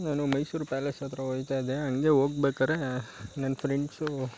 ನಾನು ಮೈಸೂರು ಪ್ಯಾಲೇಸ್ ಹತ್ರ ಹೋಗ್ತಾ ಇದ್ದೆ ಹಂಗೆ ಹೋಗ್ಬೇಕಾರೆ ನನ್ನ ಫ್ರೆಂಡ್ಸು